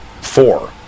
four